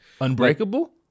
Unbreakable